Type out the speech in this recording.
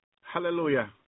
Hallelujah